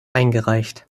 eingereicht